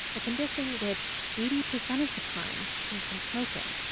a condition which eighty percent of the time comes from smoking.